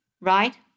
right